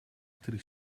тэрэг